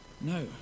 No